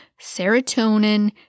serotonin